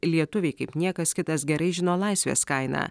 lietuviai kaip niekas kitas gerai žino laisvės kainą